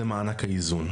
זה מענק האיזון.